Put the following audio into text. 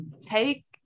take